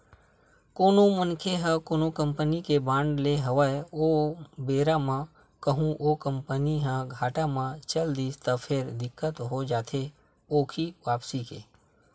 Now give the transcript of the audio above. कोनो मनखे ह कोनो कंपनी के बांड लेय हवय ओ बेरा म कहूँ ओ कंपनी ह घाटा म चल दिस त फेर दिक्कत हो जाथे ओखी वापसी के